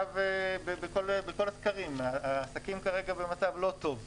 בכל הסקרים רואים שהעסקים כרגע במצב לא טוב.